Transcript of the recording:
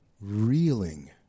reeling